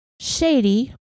Shady